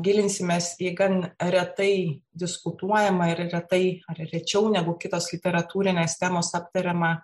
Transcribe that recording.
gilinsimės į gan retai diskutuojamą ir retai ar rečiau negu kitos literatūrinės temos aptariamą